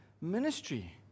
ministry